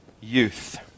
youth